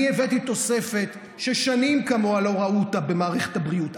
אני הבאתי תוספת ששנים כמוה לא ראו אותה במערכת הבריאות.